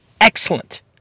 Excellent